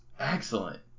Excellent